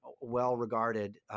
well-regarded